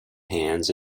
hands